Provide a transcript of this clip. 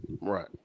right